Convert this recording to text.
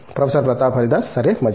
professor Pratap Haridas సరే మంచిది